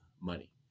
money